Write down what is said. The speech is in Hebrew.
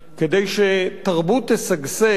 כדי שתרבות תשגשג,